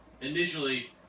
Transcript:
initially